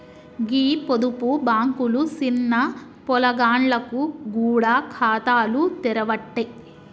గీ పొదుపు బాంకులు సిన్న పొలగాండ్లకు గూడ ఖాతాలు తెరవ్వట్టే